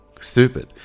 stupid